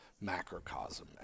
macrocosm